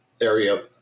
area